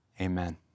amen